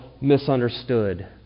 misunderstood